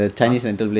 !huh!